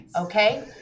Okay